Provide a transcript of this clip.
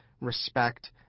respect